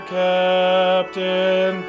captain